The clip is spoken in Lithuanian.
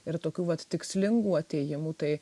ir tokių vat tikslingų atėjimų tai